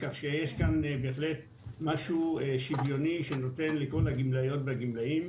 כך שיש כאן בהחלט משהו שוויוני שנותן לכל הגמלאיות והגמלאים.